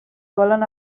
volen